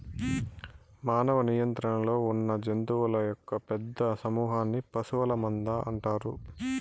మానవ నియంత్రణలో ఉన్నజంతువుల యొక్క పెద్ద సమూహన్ని పశువుల మంద అంటారు